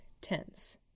tense